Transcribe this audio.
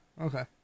Okay